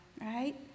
Right